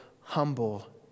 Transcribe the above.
humble